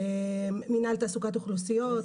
מינהל תעסוקת אוכלוסיות,